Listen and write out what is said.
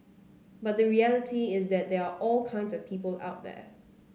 but the reality is that there are all kinds of people out there